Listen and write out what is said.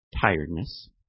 Tiredness